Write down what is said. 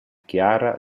chiara